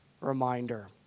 reminder